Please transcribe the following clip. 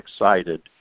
excited